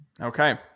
Okay